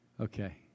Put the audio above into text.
Okay